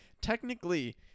Technically